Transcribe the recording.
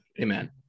Amen